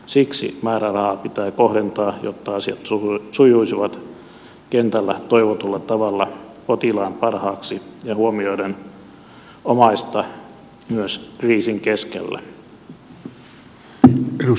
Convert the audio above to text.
siksi määräraha pitää kohdentaa jotta asiat sujuisivat kentällä toivotulla tavalla potilaan parhaaksi ja huomioiden myös omaista kriisin keskellä